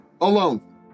alone